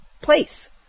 place